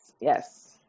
yes